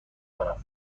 کنم